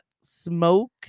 smoke